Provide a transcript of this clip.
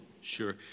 Sure